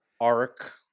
arc